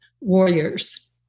warriors